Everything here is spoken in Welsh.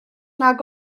nag